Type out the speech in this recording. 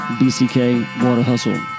bckwaterhustle